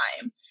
time